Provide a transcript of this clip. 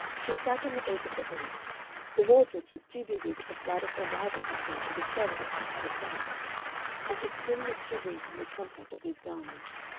she sat on the edge of the bed the wardress was too busy with the flood of arrivals that day to discover that she had it down and her skin was shivering from the contact of these garments.